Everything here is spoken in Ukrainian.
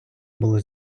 було